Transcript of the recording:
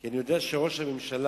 כי אני יודע שראש הממשלה,